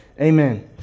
amen